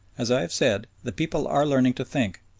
as i have said, the people are learning to think,